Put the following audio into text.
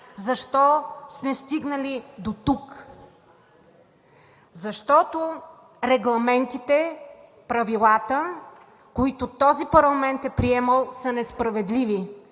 защо сме стигнали дотук? Защото регламентите, правилата, които този парламент е приемал, са несправедливи.